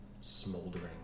smoldering